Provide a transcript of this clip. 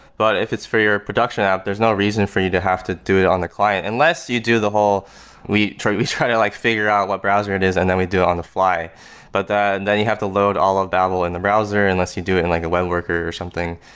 but if it's for your production app, there's no reason for you to have to do it on the client. unless, you do the whole we try we try to like figure out what browser it is and then we do it on the fly but and then you have to load all of babel in the browser, unless you do it in like a web worker, or something.